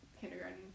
kindergarten